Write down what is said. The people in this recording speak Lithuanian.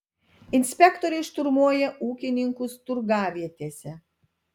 inspektoriai šturmuoja ūkininkus turgavietėse